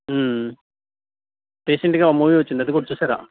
రీసెంట్గా ఒక మూవీ వచ్చింది అది కూడా చూశారా